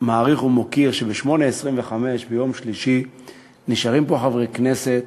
מעריך ומוקיר שב-20:25 ביום שלישי נשארים פה חברי כנסת